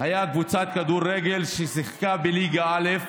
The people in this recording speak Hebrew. הייתה קבוצת כדורגל ששיחקה בליגה א',